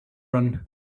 run